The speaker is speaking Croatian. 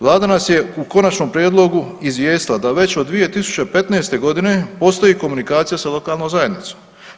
Vlada nas je u konačnom prijedlogu izvijestila da već od 2015. godine postoji komunikacija sa lokalnom zajednicom.